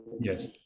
Yes